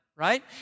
Right